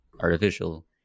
artificial